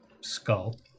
Skull